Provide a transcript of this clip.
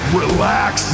relax